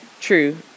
True